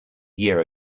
year